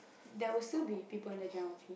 there will still be people in the general office